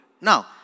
Now